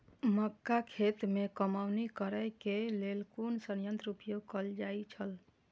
मक्का खेत में कमौनी करेय केय लेल कुन संयंत्र उपयोग कैल जाए छल?